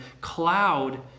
cloud